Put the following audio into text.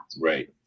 right